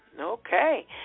okay